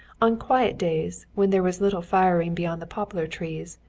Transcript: on quiet days, when there was little firing beyond the poplar trees,